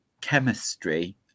chemistry